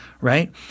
right